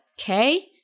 Okay